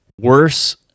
worse